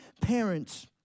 parents